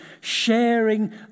sharing